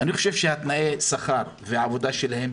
אני חושב שתנאי השכר והעבודה שלהם